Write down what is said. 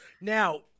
now